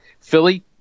Philly